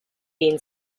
been